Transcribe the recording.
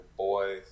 boy